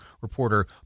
reporter